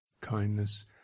kindness